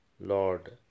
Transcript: Lord